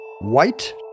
White